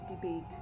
debate